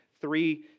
three